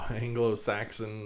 Anglo-Saxon